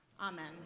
Amen